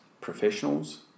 professionals